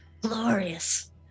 Glorious